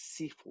c4